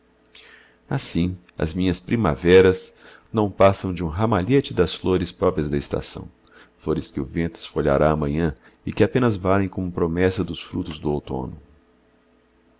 assim as minhas primaveras não passam de um ramalhete das flores próprias da estação flores que o vento esfolhará amanhã e que apenas valem como promessa dos frutos do outono